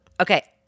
Okay